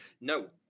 No